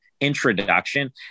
introduction